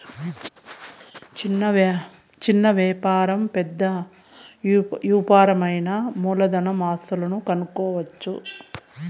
చిన్న వ్యాపారం పెద్ద యాపారం అయినా మూలధన ఆస్తులను కనుక్కోవచ్చు